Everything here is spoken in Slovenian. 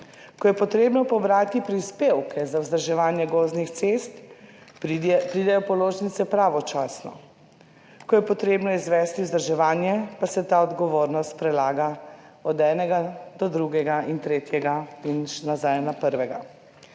Ko je potrebno pobrati prispevke za vzdrževanje gozdnih cest, pridejo položnice pravočasno. Ko je potrebno izvesti vzdrževanje, pa se ta odgovornost prelaga od enega do drugega in tretjega in še nazaj na prvega.